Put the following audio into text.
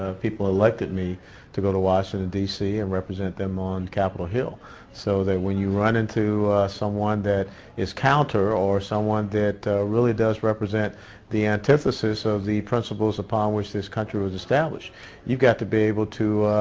ah people like the to go to washington d c and represent them on capitol hill so that when you run into someone that is counter or someone that ah. really does represent the antithesis of the principles upon which this country was established you got to be able to